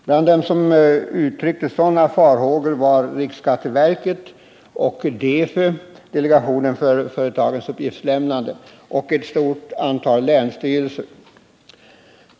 Till dessa remissinstanser hörde riksskatteverket, delegationen för företagens uppgiftslämnande samt ett stort antal länsstyrelser.